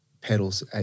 pedals